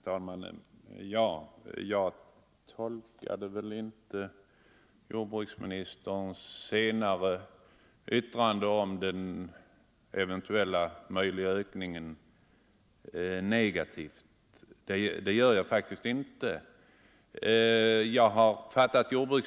Herr talman! Jag tolkade faktiskt inte jordbruksministerns uttalande om den eventuellt möjliga ökningen av sockerbetsodlingen som negativt.